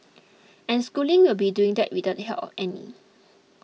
and schooling will be doing that without the help of any